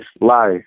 Life